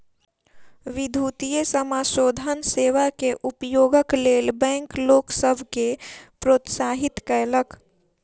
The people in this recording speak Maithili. विद्युतीय समाशोधन सेवा के उपयोगक लेल बैंक लोक सभ के प्रोत्साहित कयलक